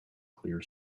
clear